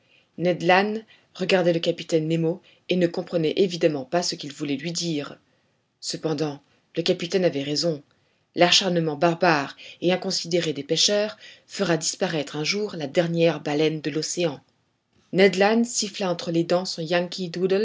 regardait le capitaine nemo et ne comprenait évidemment pas ce qu'il voulait lui dire cependant le capitaine avait raison l'acharnement barbare et inconsidéré des pêcheurs fera disparaître un jour la dernière baleine de l'océan ned land siffla entre les dents son yankee